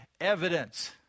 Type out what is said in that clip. evidence